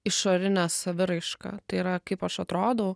išorinė saviraiška tai yra kaip aš atrodau